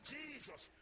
Jesus